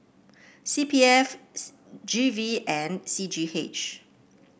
C P F G V and C G H